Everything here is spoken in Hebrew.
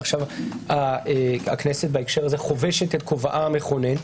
עכשיו הכנסת בהקשר זה חובשת את כובעה המכונן.